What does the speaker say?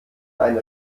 eine